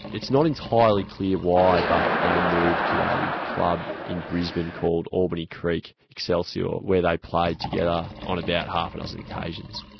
it's not entirely clear why, but they move to a club in brisbane called albany creek excelsior, where they played together on about half a dozen occasions.